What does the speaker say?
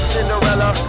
Cinderella